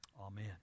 Amen